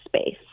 space